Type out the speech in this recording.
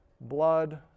blood